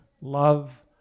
love